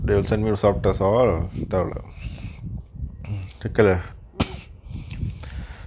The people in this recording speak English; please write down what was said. mm